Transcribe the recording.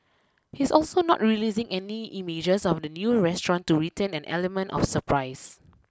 he's also not releasing any images of the new restaurant to retain an element of surprise